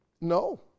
No